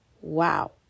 Wow